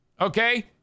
Okay